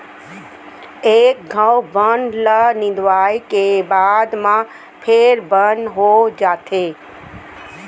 एक घौं बन ल निंदवाए के बाद म फेर बन हो जाथे